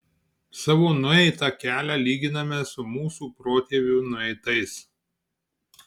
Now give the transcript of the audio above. savo nueitą kelią lyginame su mūsų protėvių nueitais